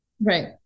Right